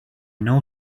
know